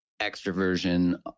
extroversion